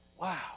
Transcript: Wow